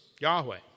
Yahweh